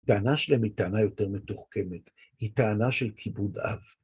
טענה שלהם היא טענה יותר מתוחכמת, היא טענה של כיבוד אב.